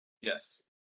Yes